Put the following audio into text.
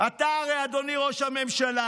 הרי אדוני ראש הממשלה,